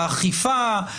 האכיפה,